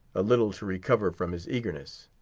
a little to recover from his eagerness.